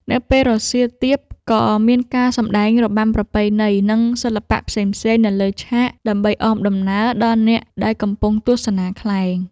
នៅពេលរសៀលទាប ក៏មានការសម្ដែងរបាំប្រពៃណី និងសិល្បៈផ្សេងៗនៅលើឆាក ដើម្បីអមដំណើរដល់អ្នកដែលកំពុងទស្សនាខ្លែង។